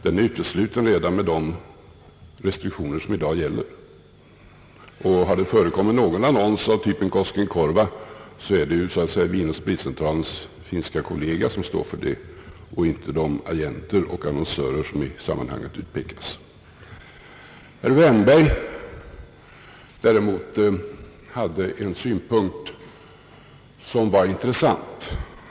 Den är utesluten redan med de restriktioner som gäller i dag, och har det förekommit någon annons av typen Koskenkorva, är det Vin & spritcentralens finska kollega som står för det och inte de agenter och annonsörer som i sammanhanget ofta utpekas. Herr Wärnberg däremot framförde en synpunkt som var intressant.